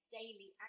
daily